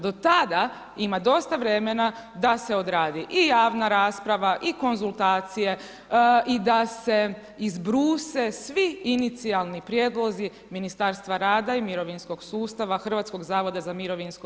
Do tada, ima dosta vremena da se oradi i javna rasprava i konzultacije i da se izbruse svi inicijalni prijedlozi Ministarstva rada i mirovinskog sustava, HZMO, REGOS-a itd.